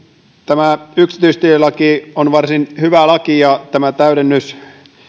tämä yksityistielaki on varsin hyvä laki ja tämä